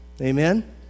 Amen